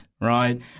right